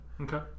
Okay